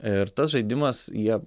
ir tas žaidimas jie